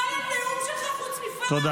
כל הנאום שלך חוץ מפורר, הכול שקרים.